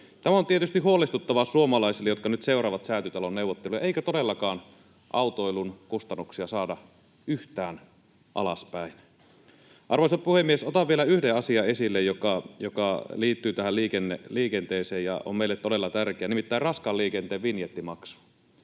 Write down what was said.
Tämä on tietysti huolestuttavaa suomalaisille, jotka nyt seuraavat Säätytalon neuvotteluja. Eikö todellakaan autoilun kustannuksia saada yhtään alaspäin? Arvoisa puhemies! Otan esille vielä yhden asian, joka liittyy liikenteeseen ja on meille todella tärkeä, nimittäin raskaan liikenteen vinjettimaksun.